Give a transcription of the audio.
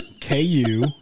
KU